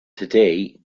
today